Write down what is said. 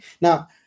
Now